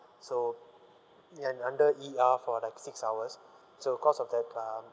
so and under E_R for like six hours so cause of the uh